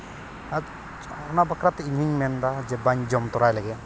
ᱟᱫᱚ ᱚᱱᱟ ᱵᱟᱠᱷᱨᱟᱛᱮ ᱤᱧᱫᱩᱧ ᱢᱮᱱᱫᱟ ᱡᱮ ᱵᱟᱧ ᱡᱚᱢ ᱛᱚᱨᱟᱭ ᱞᱮᱜᱮ